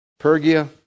Pergia